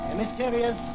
mysterious